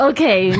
Okay